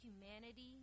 humanity